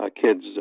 kids